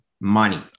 money